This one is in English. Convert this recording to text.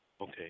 Okay